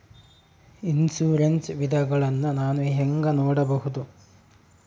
Insurance ವಿಧಗಳನ್ನ ನಾನು ಹೆಂಗ ನೋಡಬಹುದು?